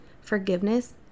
forgiveness